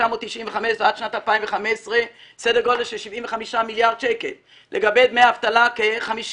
50 מיליארד שקל לגבי דמי אבטלה.